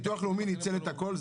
הביטוח הלאומי ניצל את הכול?